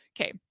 Okay